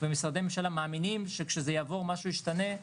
ומשרדי ממשלה מאמינים שכאשר זה יעבור משהו ישתנה,